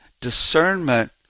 discernment